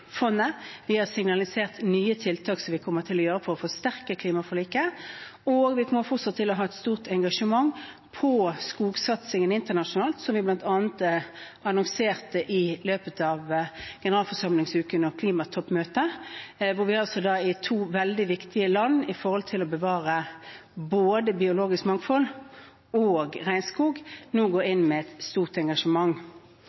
vi har signalisert nye tiltak som vi kommer til å gjennomføre for å forsterke klimaforliket, og vi kommer fortsatt til å ha et stort engasjement i skogsatsingen internasjonalt. Vi annonserte det bl.a. i løpet av generalforsamlingsuken og klimatoppmøtet, hvor vi i to veldig viktige land når det gjelder å bevare både biologisk mangfold og regnskog, nå går